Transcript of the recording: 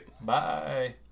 bye